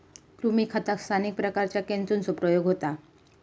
कृमी खतात स्थानिक प्रकारांच्या केंचुचो प्रयोग होता